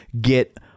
get